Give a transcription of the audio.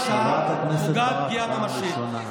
חברת הכנסת ברק, פעם ראשונה.